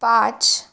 પાંચ